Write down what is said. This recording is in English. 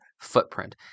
footprint